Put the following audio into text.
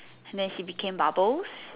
and then she became bubbles